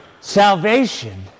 Salvation